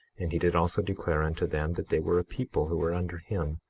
and he did also declare unto them that they were a people who were under him,